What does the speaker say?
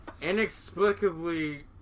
inexplicably